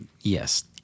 Yes